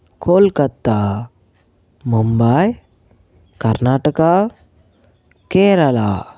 Kolkata Mumbai Karnataka Kerala